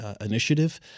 initiative